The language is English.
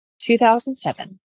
2007